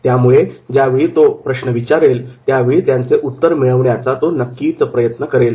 त्यामुळे ज्यावेळी तो प्रश्न विचारेल त्यावेळी त्याचे उत्तर मिळवण्याचा तो प्रयत्न करेल